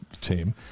team